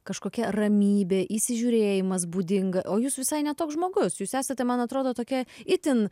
kažkokia ramybė įsižiūrėjimas būdinga o jūs visai ne toks žmogus jūs esate man atrodo tokia itin